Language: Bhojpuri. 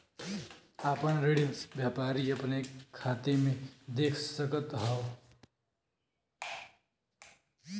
आपन ऋण व्यापारी अपने खाते मे देख सकत हौ